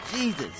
jesus